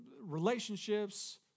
relationships